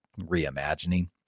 reimagining